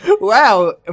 wow